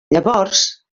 llavors